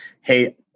hey